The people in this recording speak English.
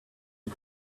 you